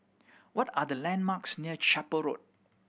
what are the landmarks near Chapel Road